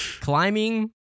climbing